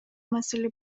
маселе